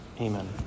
Amen